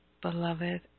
Beloved